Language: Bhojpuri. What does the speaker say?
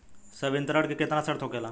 संवितरण के केतना शर्त होखेला?